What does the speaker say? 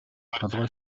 толгой